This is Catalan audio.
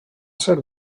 ser